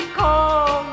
call